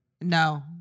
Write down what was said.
no